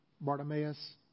Bartimaeus